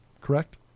Correct